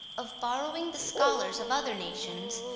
of borrowing the scholars of other nations,